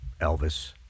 Elvis